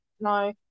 no